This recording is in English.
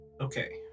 Okay